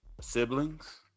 siblings